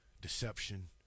deception